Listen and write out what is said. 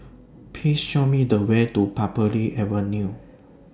Please Show Me The Way to Parbury Avenue